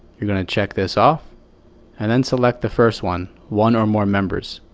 you're going to check this off and then select the first one one or more members.